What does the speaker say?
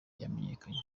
yamenyekanye